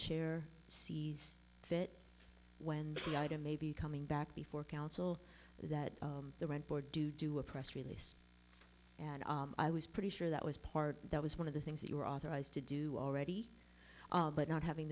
chair sees fit when the item may be coming back before council that the rent board do do a press release and i was pretty sure that was part that was one of the things that you were authorized to do already but not having